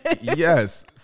Yes